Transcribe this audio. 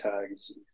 Tags